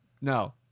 no